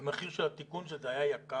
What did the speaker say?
המחיר של התיקון של זה היה יקר,